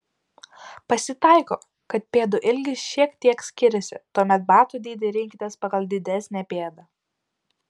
pasitaiko kad pėdų ilgis šiek tiek skiriasi tuomet batų dydį rinkitės pagal didesnę pėdą